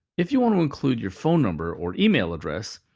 if you want to include your phone number or email address,